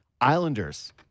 Islanders